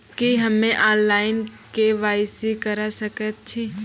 की हम्मे online, KYC करा सकैत छी?